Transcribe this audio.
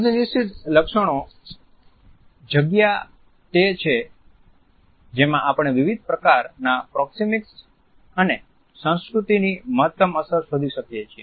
અર્ધ નિશ્ચિત લક્ષણો જગ્યા તે છે જેમાં આપણે વિવિધ પ્રકારના પ્રોક્સિમીક્સ અને સંસ્કૃતિની મહત્તમ અસર શોધી શકીએ છીએ